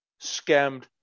scammed